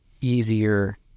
easier